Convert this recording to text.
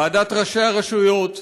ועדת ראשי הרשויות,